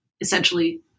essentially